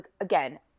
again